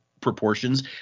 proportions